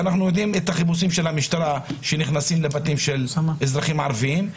ואנחנו יודעים את החיפושים של המשטרה שנכנסים לבתים של אזרחים ערבים.